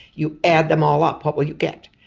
you add them all up, what will you get?